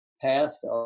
passed